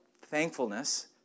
thankfulness